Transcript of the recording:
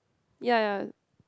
ya ya